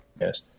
Yes